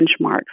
benchmarks